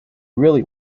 really